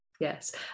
Yes